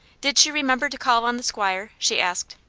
did she remember to call on the squire? she asked.